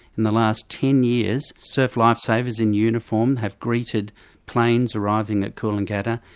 in the last ten years surf lifesavers in uniform have greeted planes arriving at coolangatta,